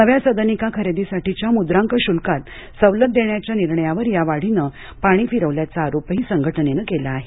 नव्या सदनिका खरेदीसाठीच्या मुद्रांक शुल्कात सवलत देण्याच्या निर्णयावर या वाढीने पाणी फिरवल्याचा आरोपही संघटनेनं केला आहे